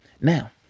Now